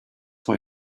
why